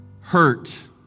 hurt